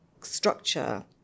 structure